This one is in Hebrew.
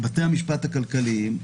בתי המשפט הכלכליים,